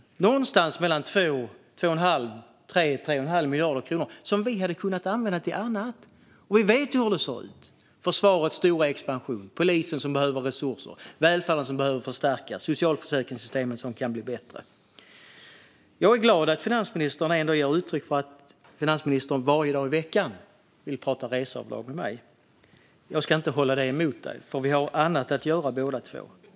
Det är någonstans mellan 2 miljarder och 3 1⁄2 miljard kronor som vi hade kunnat använda till annat. Och vi vet ju hur det ser ut - försvarets stora expansion, polisen som behöver resurser, välfärden som behöver förstärkas, socialförsäkringssystemet som kan bli bättre. Jag är glad att finansministern ändå uttrycker att hon varje dag i veckan vill prata reseavdrag med mig. Jag ska inte använda det emot henne, för vi har annat att göra båda två.